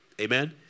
Amen